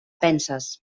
penses